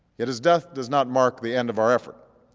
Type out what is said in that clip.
yet his death does not mark the end of our effort.